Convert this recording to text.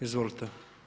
Izvolite.